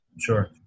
Sure